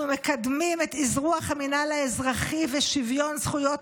אנחנו מקדמים את אזרוח המינהל האזרחי ושוויון זכויות